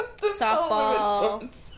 softball